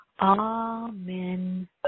amen